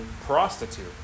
prostitute